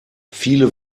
viele